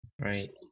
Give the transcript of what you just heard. Right